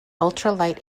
ultralight